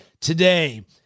today